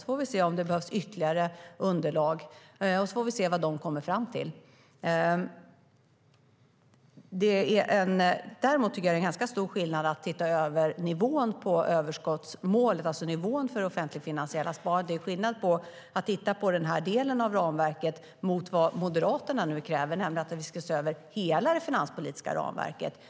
Vi får se om det behövs ytterligare underlag, och vi får se vad de kommer fram till. Däremot tycker jag att det är ganska stor skillnad att se över nivån på överskottsmålet, alltså nivån för det offentligfinansiella sparandet. Det är skillnad mellan att titta på den delen av ramverket och att göra vad Moderaterna nu kräver, nämligen att vi ska se över hela det finanspolitiska ramverket.